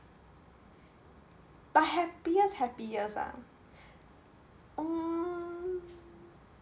but happiest happiest ah mm